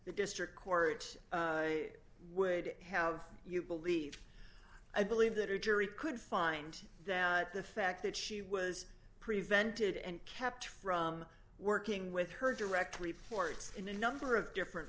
the district court would have you believe i believe that a jury could find the fact that she was prevented and kept from working with her directly for it in a number of different